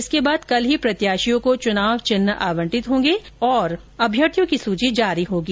इसके बाद कल ही प्रत्याशियों को चुनाव चिन्ह आवंटित होंगे और अभ्यर्थियों की सूची जारी होगी